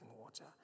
water